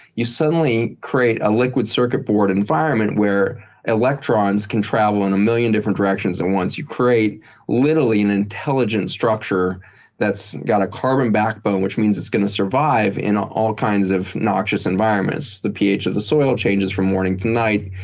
you suddenly create a liquid circuit board environment where electrons can travel in a million different directions and once you create literally an intelligent structure that's got a carbon backbone, which means it's going to survive in all kinds of noxious environments. the ph of the soil changes from morning to night,